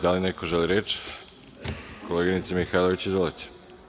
Da li neko želi reč? (Da) Koleginice Mihajlović, izvolite.